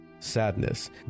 Sadness